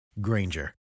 Granger